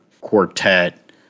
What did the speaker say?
quartet